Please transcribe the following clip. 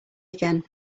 again